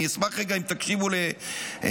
אני אשמח אם תקשיבו רגע,